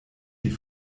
die